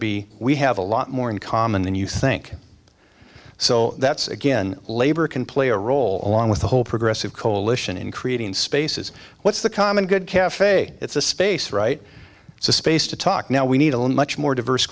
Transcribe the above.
be we have a lot more in common than you think so that's again labor can play a role long with the whole progressive coalition in creating spaces what's the common good caf it's a space right it's a space to talk now we need to learn much more diverse